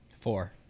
Four